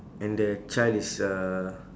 and the child is uh